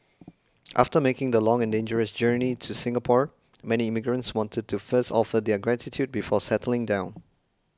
after making the long and dangerous journey to Singapore many immigrants wanted to first offer their gratitude before settling down